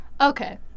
Okay